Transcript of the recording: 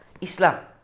Islam